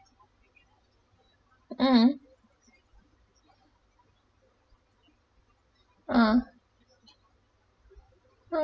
mmhmm mm